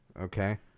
Okay